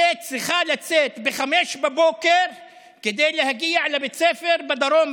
וצריכה לצאת ב-05:00 כדי להגיע לבית ספר בדרום,